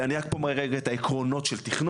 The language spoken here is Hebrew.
ואני רק פה מראה רגע את העקרונות של תכנון,